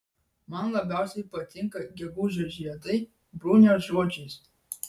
man labiausiai patinka gegužio žiedai bruniaus žodžiais